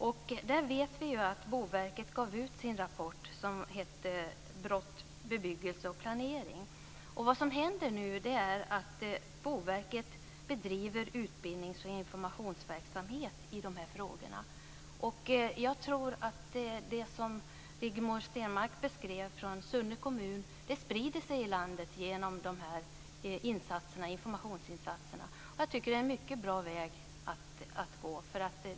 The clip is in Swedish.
Vi vet att Boverket har gett ut sin rapport Brott, bebyggelse och planering. Boverket bedriver nu utbildnings och informationsverksamhet i frågorna. Det som Rigmor Stenmark beskrev om Sunne kommun sprider sig i landet med hjälp av informationsinsatserna. Det är en bra väg att gå.